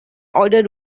ordered